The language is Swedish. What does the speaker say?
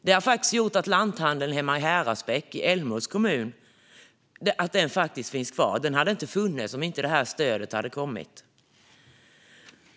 Det har gjort att lanthandeln hemma i Häradsbäck i Älmhults kommun finns kvar. Den hade inte funnits om inte stödet hade kommit.